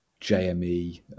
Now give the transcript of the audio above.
JME